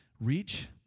Reach